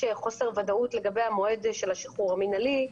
חוסר ודאות לגבי המועד של השחרור המינהלי.